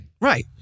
right